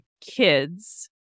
kids